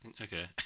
okay